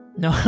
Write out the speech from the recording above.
no